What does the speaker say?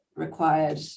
Required